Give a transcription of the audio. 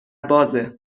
بازه